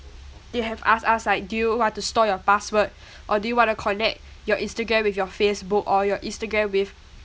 they have asked us like do you want to store your password or do you want to connect your instagram with your facebook or your instagram with